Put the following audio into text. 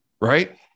right